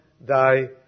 thy